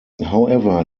however